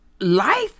life